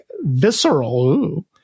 visceral